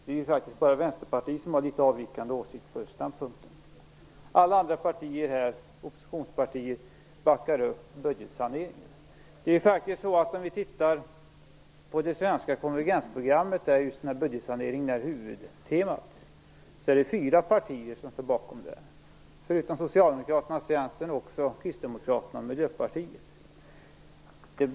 Det är faktiskt bara Vänsterpartiet som har litet avvikande åsikter på just den punkten. Alla andra oppositionspartier backar upp budgetsaneringen. Bakom det svenska konvergensprogrammet, där just budgetsaneringen är huvudtemat, står fyra partier. Förutom Socialdemokraterna och Centern är det Kristdemokraterna och Miljöpartiet.